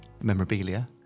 memorabilia